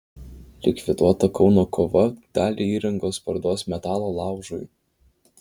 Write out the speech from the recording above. likviduota kauno kova dalį įrangos parduos metalo laužui